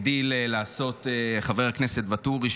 הגדיל לעשות חבר הכנסת ואטורי,